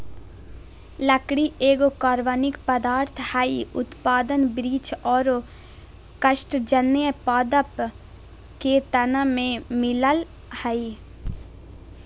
लकड़ी एगो कार्बनिक पदार्थ हई, उत्पादन वृक्ष आरो कास्टजन्य पादप के तना में मिलअ हई